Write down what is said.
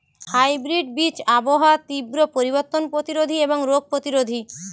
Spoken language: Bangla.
হাইব্রিড বীজ আবহাওয়ার তীব্র পরিবর্তন প্রতিরোধী এবং রোগ প্রতিরোধী